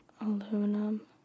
Aluminum